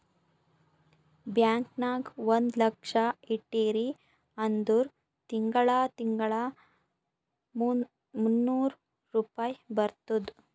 bank ನಾಗ್ ಒಂದ್ ಲಕ್ಷ ಇಟ್ಟಿರಿ ಅಂದುರ್ ತಿಂಗಳಾ ತಿಂಗಳಾ ಮೂನ್ನೂರ್ ರುಪಾಯಿ ಬರ್ತುದ್